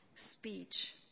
speech